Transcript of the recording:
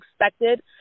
expected